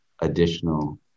additional